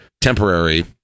temporary